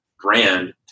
brand